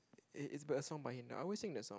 it it's by a song by I always sing the song